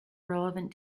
relevant